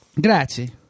Grazie